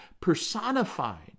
personified